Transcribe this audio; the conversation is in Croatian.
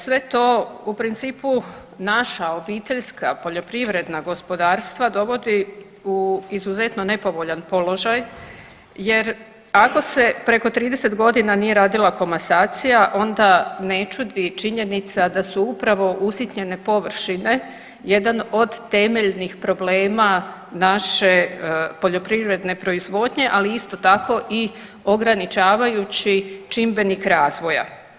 Sve to u principu naša obiteljska poljoprivredna gospodarstva dovodi u izuzetno nepovoljan položaj, jer ako se preko 30 godina nije radila komasacija onda ne čudi i činjenica da su upravo usitnjene površine jedan od temeljnih problema naše poljoprivredne proizvodnje, ali isto tako i ograničavajući čimbenik razvoja.